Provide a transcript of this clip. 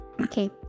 Okay